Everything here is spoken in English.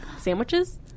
sandwiches